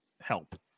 help